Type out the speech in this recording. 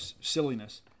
silliness